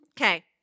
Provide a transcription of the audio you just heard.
Okay